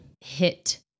hit